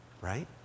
Right